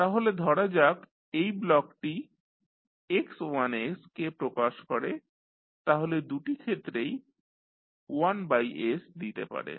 তাহলে ধরা যাক এই ব্লকটি X1 কে প্রকাশ করে তাহলে দুটি ক্ষেত্রেই 1s দিতে পারেন